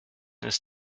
ist